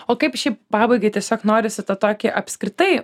o kaip šiaip pabaigai tiesiog norisi tą tokį apskritai